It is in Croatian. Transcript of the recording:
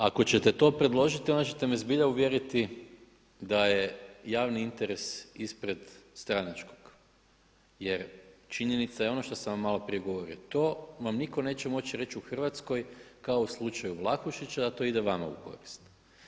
Ako ćete to predložiti onda ćete me zbilja uvjeriti da je javni interes ispred stranačkog jer činjenica je ono što sam vam malo prije govorio, to vam nitko neće moći reći u Hrvatskoj kao u slučaju Vlahušića da to ide vama u korist.